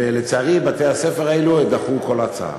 ולצערי בתי-הספר האלו דחו כל הצעה.